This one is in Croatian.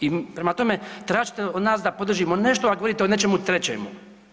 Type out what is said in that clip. I prema tome, tražite od nas da podržimo nešto, a govorite o nečemu trećemu.